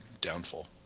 downfall